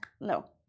No